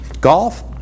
Golf